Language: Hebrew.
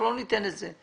אנחנו לא ניתן את זה.